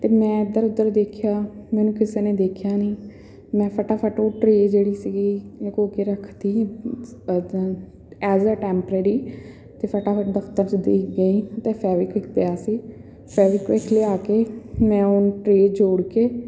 ਅਤੇ ਮੈਂ ਇੱਧਰ ਉੱਧਰ ਦੇਖਿਆ ਮੈਨੂੰ ਕਿਸੇ ਨੇ ਦੇਖਿਆ ਨਹੀਂ ਮੈਂ ਫਟਾਫਟ ਉਹ ਟਰੇਅ ਜਿਹੜੀ ਸੀਗੀ ਲੁਕੋ ਕੇ ਰੱਖਤੀ ਐਜ਼ ਆ ਟੈਂਪਰਰੀ ਅਤੇ ਫਟਾਫਟ ਦਫ਼ਤਰ 'ਚ ਦੇਖ ਗਈ ਉੱਥੇ ਫੈਵੀਕਵਿੱਕ ਪਿਆ ਸੀ ਫੈਵੀਕਵਿੱਕ ਲਿਆ ਕੇ ਮੈਂ ਉਹ ਟਰੇਅ ਜੋੜ ਕੇ